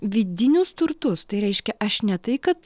vidinius turtus tai reiškia aš ne tai kad